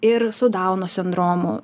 ir su dauno sindromu